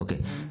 אוקיי.